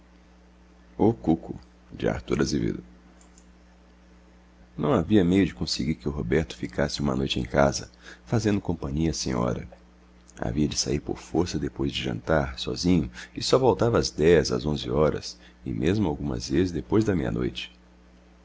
o forro do chapéu contos em verso não havia meio de conseguir que o roberto ficasse uma noite em casa fazendo companhia à senhora havia de sair por força depois de jantar sozinho e só voltava às dez às onze horas e mesmo algumas vezes depois da meia-noite